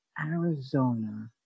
Arizona